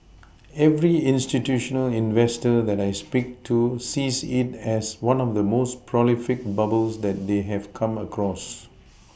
every institutional investor that I speak to sees it as one of the most prolific bubbles that they have come across